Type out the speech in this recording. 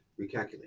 Recalculate